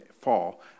fall